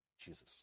Jesus